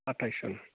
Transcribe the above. आथायस ज'न